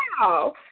wow